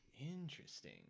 Interesting